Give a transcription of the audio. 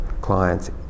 clients